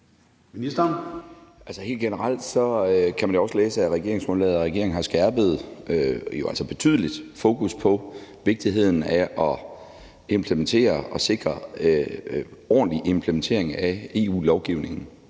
helt generelt kan man også læse af regeringsgrundlaget, at regeringen har skærpet – og jo altså betydeligt – fokus på vigtigheden af at implementere og sikre ordentlig implementering af EU-lovgivningen.